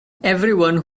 everyone